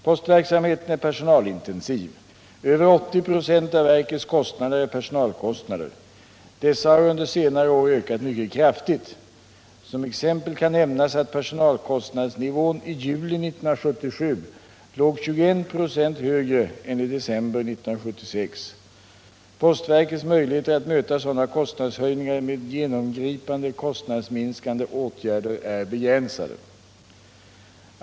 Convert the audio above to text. Postverksamheten är personalintensiv. Över 80 96 av verkets kostnader är personalkostnader. Dessa har under senare år ökat mycket kraftigt. Som exempel kan nämnas att personalkostnadsnivån i juli 1977 låg 21 96 högre än i december 1976. Postverkets möjligheter att möta sådana kostnadshöjningar med genomgripande, kostnadsminskande åtgärder är begränsade.